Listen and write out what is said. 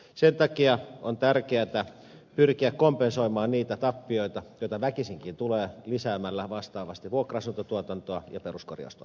sen takia on tärkeätä pyrkiä kompensoimaan niitä tappioita joita väkisinkin tulee lisäämällä vastaavasti vuokra asuntotuotantoa ja peruskorjaustuotantoa